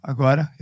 Agora